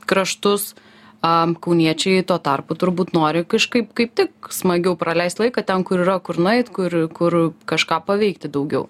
kraštus a kauniečiai tuo tarpu turbūt nori kažkaip kaip tik smagiau praleist laiką ten kur yra kur nueit kur kur kažką paveikti daugiau